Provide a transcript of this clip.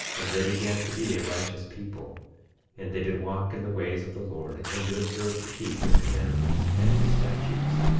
and they began to be a righteous people and they did walk in the ways of the lord, and did observe to keep his commandments and his statutes.